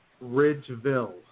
Ridgeville